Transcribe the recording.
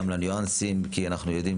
כי אנחנו יודעים